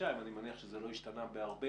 חודשיים אני מניח שזה לא השתנה בהרבה